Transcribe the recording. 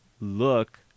look